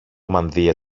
μανδύα